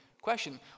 question